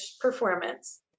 performance